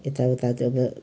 यता उता त अब